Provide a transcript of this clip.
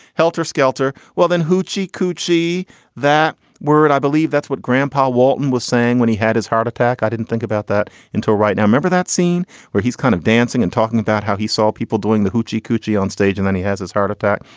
helter-skelter. well then hoochie coochie that word. i believe that's what grandpa walton was saying when he had his heart attack. i didn't think about that until right now. remember that scene where he's kind of dancing and talking about how he saw people doing the hoochie coochie onstage and then he has his heart attack?